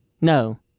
No